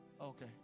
Okay